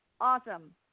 Awesome